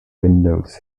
windows